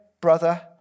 brother